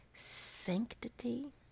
Sanctity